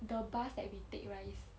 the bus that we take right is